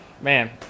man